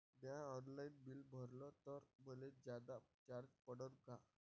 म्या online bill भरलं तर मले जादा चार्ज पडन का?